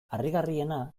harrigarriena